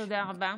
תודה רבה.